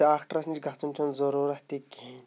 ڈاکٹَرَس نِش گژھُن چھُنہٕ ضٔروٗرَتھ تہِ کِہیٖنۍ